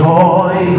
Joy